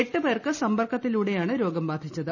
എട്ട് പേർക്ക് സ്മ്പർക്ക്ത്തിലൂടെയാണ് രോഗം ബാധിച്ചത്